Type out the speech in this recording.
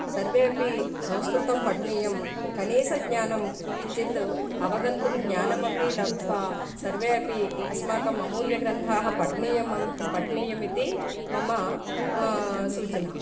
सर्वे अपि संस्कृतं पठनीयं कनीसज्ञानं किञ्चित् अवगन्तुं ज्ञानमपि लब्ध्वा सर्वे अपि अस्माकम् अमूल्यग्रन्थाः पठनीयाः पठनीयमिति मम सूचना